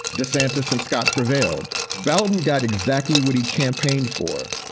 desantis and scott prevailed. beldon got exactly what he campaigned for.